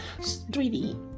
3D